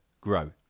grow